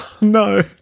No